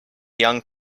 young